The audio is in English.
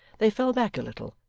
they fell back a little,